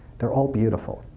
they're all beautiful.